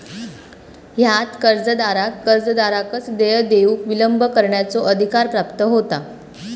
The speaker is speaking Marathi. ह्यात कर्जदाराक कर्जदाराकच देय देऊक विलंब करण्याचो अधिकार प्राप्त होता